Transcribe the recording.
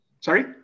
Sorry